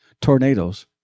tornadoes